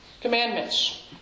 commandments